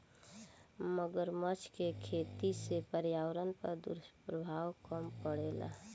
मगरमच्छ के खेती से पर्यावरण पर दुष्प्रभाव कम पड़ेला